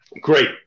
Great